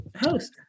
host